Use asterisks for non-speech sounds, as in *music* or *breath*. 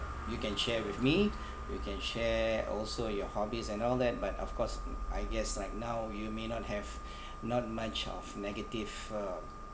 you can share with me *breath* you can share also your hobbies and all that but of course I guess right now you may not have *breath* not much of negative uh